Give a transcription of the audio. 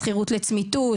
שכירות לצמיתות